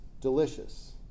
delicious